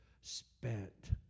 spent